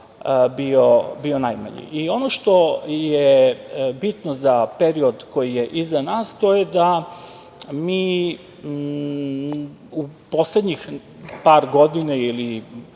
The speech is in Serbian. bio najmanji. Ono što je bitno za period koji je iza nas, to je da mi u poslednjih par godina ili